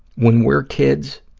when we're kids,